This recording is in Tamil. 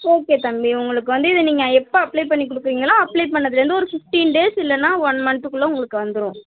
ஓகே தம்பி உங்களுக்கு வந்து இது நீங்கள் எப்போ அப்ளே பண்ணி கொடுக்குறீங்களோ அப்ளே பண்ணதிலேந்து ஒரு ஃபிஃப்டின் டேஸ் இல்லைனா ஒன் மந்த்துக்குள்ளே உங்களுக்கு வந்துடும்